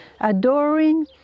adoring